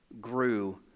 grew